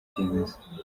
ibyemezo